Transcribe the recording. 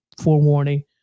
forewarning